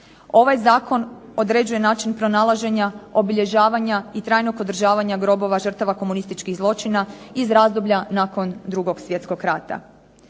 Ovaj zakon određuje način pronalaženja, obilježavanja i trajnog održavanja grobova žrtava komunističkih zločina iz razdoblja nakon 2. svjetskog rata.